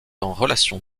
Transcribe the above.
relation